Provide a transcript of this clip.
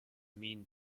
mean